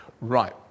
Right